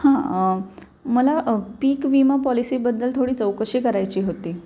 हां मला पीक विमा पॉलिसीबद्दल थोडी चौकशी करायची होती